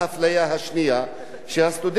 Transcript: כשהסטודנטים האלה חוזרים,